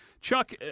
Chuck